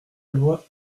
loi